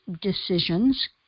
decisions